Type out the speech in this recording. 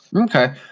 Okay